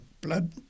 blood